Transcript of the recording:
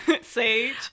Sage